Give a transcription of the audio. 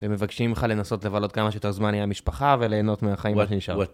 ומבקשים לך לנסות לבלות כמה שיותר זמן עם המשפחה וליהנות מהחיים ממה שנשאר.